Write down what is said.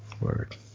Word